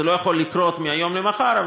זה לא יכול לקרות מהיום למחר,